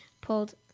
pulled